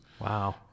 Wow